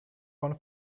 one